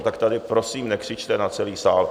Tak tady prosím nekřičte na celý sál.